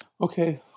Okay